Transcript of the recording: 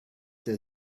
der